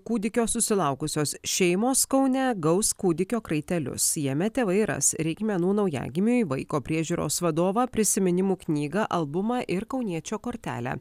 kūdikio susilaukusios šeimos kaune gaus kūdikio kraitelius jame tėvai ras reikmenų naujagimiui vaiko priežiūros vadovą prisiminimų knygą albumą ir kauniečio kortelę